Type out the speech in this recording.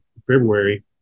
February